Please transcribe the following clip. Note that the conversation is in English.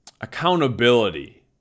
accountability